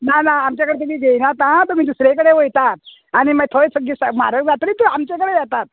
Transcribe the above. ना ना आमचे कडेन तुगे घेयनात आ तुमी दुसरे कडेन वयतात आनी मागीर थंय सगळीं सग म्हारग जात्री तूं आमचे कडेन येतात